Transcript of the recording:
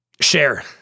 Share